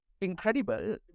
incredible